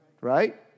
right